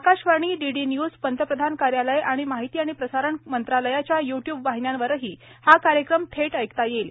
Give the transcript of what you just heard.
Akashvani DD news पंतप्रधान कार्यालय आणि महिती आणि प्रसारण मंत्रालयाच्या युट्यूब वाहिन्यांवरही हा कार्यक्रम थेट ऐकता येईल